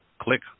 click